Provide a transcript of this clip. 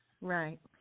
Right